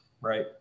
right